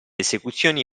esecuzioni